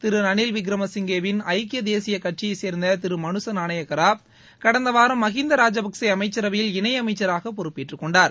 திரு ரணில் விக்ரமசிங்கேவின் ஐக்கிய தேசிய கட்சியைச் சேர்ந்த திரு மனுச நானயக்கரா கடந்த வாரம் மஹிந்த ராஜேபக்சே அமைச்சரயைில் இணை அமைச்சராக பொறுப்பேற்றுக்கொண்டார்